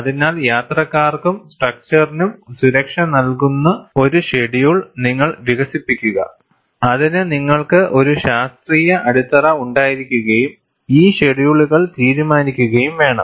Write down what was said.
അതിനാൽ യാത്രക്കാർക്കും സ്ട്രക്ച്ചർറിനും സുരക്ഷ നൽകുന്ന ഒരു ഷെഡ്യൂൾ നിങ്ങൾ വികസിപ്പിക്കുക അതിന് നിങ്ങൾക്ക് ഒരു ശാസ്ത്രീയ അടിത്തറ ഉണ്ടായിരിക്കുകയും ഈ ഷെഡ്യൂളുകൾ തീരുമാനിക്കുകയും വേണം